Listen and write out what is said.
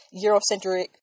Eurocentric